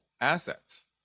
assets